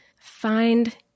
find